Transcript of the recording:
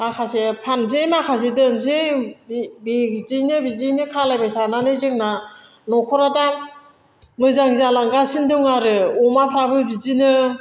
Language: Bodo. माखासे फानसै माखासे दोनसै बिदिनो खालामबाय थानानै जोंना न'खरा दा मोजां जालांगासिनो दं आरो अमाफ्राबो बिदिनो